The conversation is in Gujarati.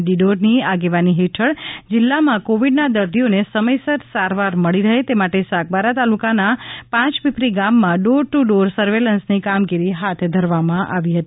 ડીડોરની આગેવાની હેઠળ જીલ્લામાં કોવિડના દર્દીઓને સમયસર સારવાર મળી રહે તે માટે સાગબારા તાલુકાના પાંચપીપરી ગામમાં ડોર ટુ ડોર સર્વેલન્સની કામગીરી હાથ ધરવામાં આવી છે